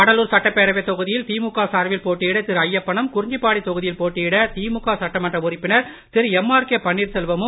கடலூர் சட்டப்பேரவை தொகுதியில் திமுக சார்பில் போட்டியிட திரு ஐயப்பனும் குறிஞ்சிப்பாடி தொகுதியில் போட்டியிட திமுக சட்டமன்ற உறுப்பினர் திரு எம் ஆர் கே பன்னீர்செல்வமும்